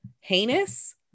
heinous